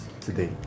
today